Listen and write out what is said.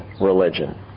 religion